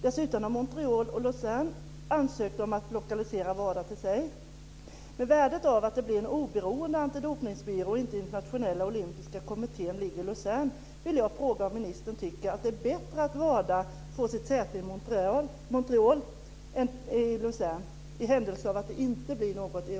Dessutom har Montreal och Lausanne ansökt om att lokalisera Om man ser till värdet av att det blir en oberoende antidopningsbyrå och att Internationella olympiska kommittén finns i Lausanne vill jag fråga ministern om det är bättre att WADA får sitt säte i Montreal än i Lausanne, i händelse att det inte blir i något EU